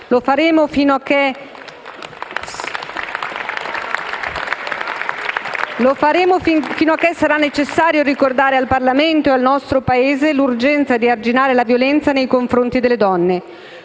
Lo faremo fino a che sarà necessario ricordare al Parlamento e al nostro Paese l'urgenza di arginare la violenza nei confronti delle donne.